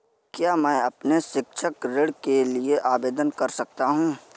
क्या मैं अपने शैक्षिक ऋण के लिए आवेदन कर सकता हूँ?